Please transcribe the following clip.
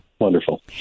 Wonderful